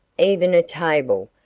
even a table,